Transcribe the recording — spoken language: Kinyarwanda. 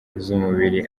z’umubiri